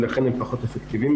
ולכן הם פחות אפקטיביים.